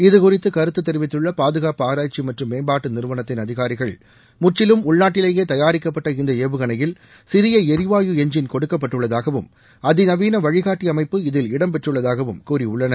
இது குறித்து கருத்து தெரிவித்துள்ள பாதுகாப்பு ஆராய்ச்சி மற்றும் மேம்பாட்டு நிறுவனத்தின் அதிகாரிகள் முற்றிலும் உள்நாட்டிலே தயாரிக்கப்பட்ட இந்த ஏவுகணையில் சிறிய எரிவாயு எஞ்சின் கொடுக்கப்பட்டுள்ளதாகவும் அதிநவீன வழிகாட்டி அமைப்பு இதில் இடம் பெற்றுள்ளதாகவும் கூறிபுள்ளனர்